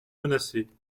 menacés